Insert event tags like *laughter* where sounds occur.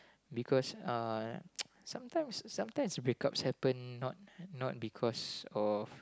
because uh *noise* sometimes sometimes breakups happen not not because of